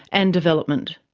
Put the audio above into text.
and development.